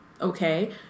okay